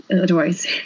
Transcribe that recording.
otherwise